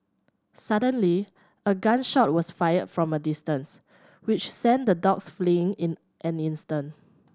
suddenly a gun shot was fired from a distance which sent the dogs fleeing in an instant